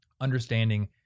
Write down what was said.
understanding